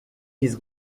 his